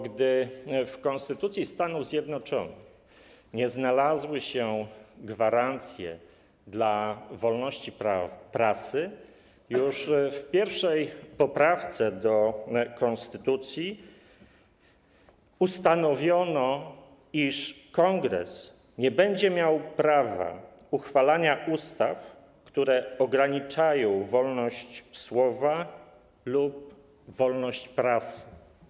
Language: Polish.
Gdy w konstytucji Stanów Zjednoczonych nie znalazły się gwarancje wolności prasy, już w 1. poprawce do konstytucji ustanowiono, iż Kongres nie będzie miał prawa uchwalania ustaw, które ograniczają wolność słowa lub wolność prasy.